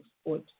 sport